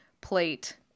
plate